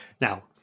Now